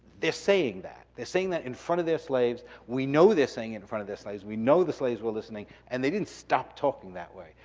they're saying that, they're saying that in front of their slaves. we know they're saying it in front of their slaves. we know the slaves were listening, and they didn't stop talking that way.